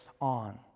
on